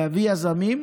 להביא יזמים,